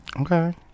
Okay